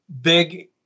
big